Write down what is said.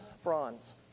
fronds